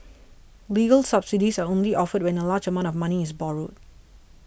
legal subsidies are only offered when a large amount of money is borrowed